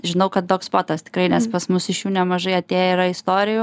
žinau kad dog spotas tikrai nes pas mus iš jų nemažai atėję yra istorijų